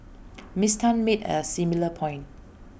miss Tan made A similar point